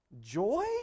Joy